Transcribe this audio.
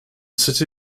city